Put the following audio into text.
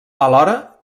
alhora